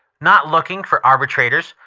not looking for arbitrators,